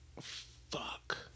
fuck